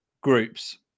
groups